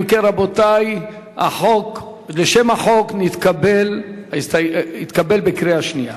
אם כן, רבותי, שם החוק נתקבל בקריאה שנייה.